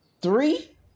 three